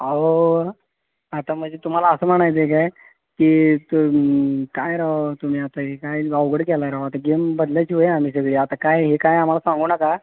अहो आता म्हणजे तुम्हाला असं म्हणायचं आहे काय की तुम काय राव तुम्ही आता हे काय अवघड केलं आहे राव आता गेम बदलायची वेळ आली सगळी आता काय हे काय आम्हाला सांगू नका